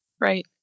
Right